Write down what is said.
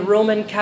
Roman